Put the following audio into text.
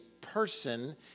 person